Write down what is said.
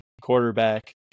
quarterback